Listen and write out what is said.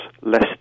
less